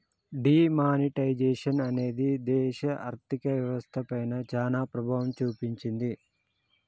D monetisation అనేది దేశ ఆర్ధిక వ్యవస్థ పైన చానా ప్రభావం చూపించింది